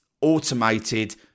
automated